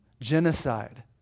genocide